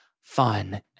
fun